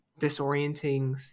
disorienting